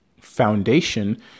foundation